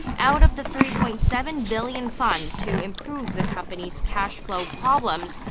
out of the three point seven billion funds to improve the company's cash flow problems.